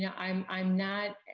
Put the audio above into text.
yeah i'm i'm not,